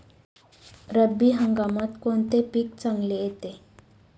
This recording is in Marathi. रब्बी हंगामात कोणते पीक चांगले येते?